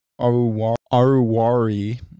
Aruwari